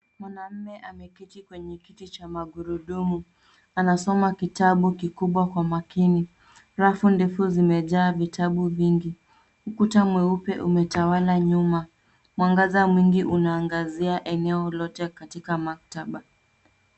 Mwanaume ameketi kwenye kiti cha magurudumu anasoma kitabu kikubwa kwa makini. Rafu ndefu zimejaa vitabu vingi. Ukuta mweupe umetawala nyuma. Mwangaza mwingi unaangazia eneo lote katika maktaba.